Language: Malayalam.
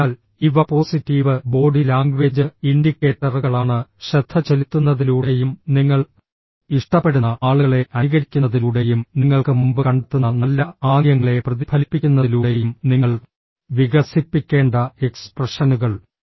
അതിനാൽ ഇവ പോസിറ്റീവ് ബോഡി ലാംഗ്വേജ് ഇൻഡിക്കേറ്ററുകളാണ് ശ്രദ്ധ ചെലുത്തുന്നതിലൂടെയും നിങ്ങൾ ഇഷ്ടപ്പെടുന്ന ആളുകളെ അനുകരിക്കുന്നതിലൂടെയും നിങ്ങൾക്ക് മുമ്പ് കണ്ടെത്തുന്ന നല്ല ആംഗ്യങ്ങളെ പ്രതിഫലിപ്പിക്കുന്നതിലൂടെയും നിങ്ങൾ വികസിപ്പിക്കേണ്ട എക്സ്പ്രഷനുകൾ